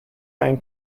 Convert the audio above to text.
ein